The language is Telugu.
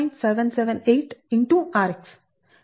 778rx rx 2cm అని ఇచ్చారు